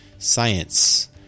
Science